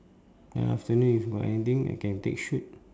ya film day if you got anything I can take shoot